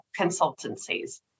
consultancies